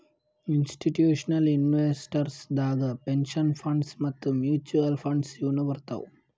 institutional investors ದಾಗ್ pension funds ಮತ್ತ್ mutual funds ಇವ್ನು ಬರ್ತವ್